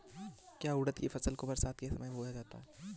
क्या उड़द की फसल को बरसात के समय बोया जाता है?